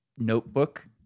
notebook